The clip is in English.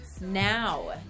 now